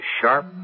sharp